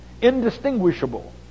indistinguishable